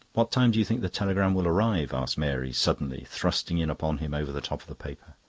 what time do you think the telegram will arrive? asked mary suddenly, thrusting in upon him over the top of the paper.